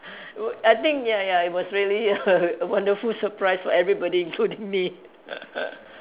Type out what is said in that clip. w~ I think ya ya it was really a a wonderful surprise for everybody including me